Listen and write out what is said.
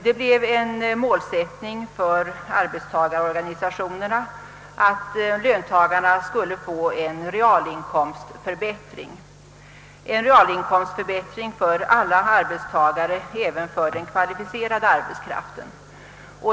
Det blev en målsättning för arbetstagarorganisationerna att alla arbetstagare skulle få en realinkomstförbättring — även den kvalificerade arbetskraften.